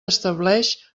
estableix